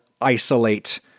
isolate